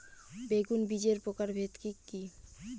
বেগুন বীজের প্রকারভেদ কি কী?